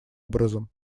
образом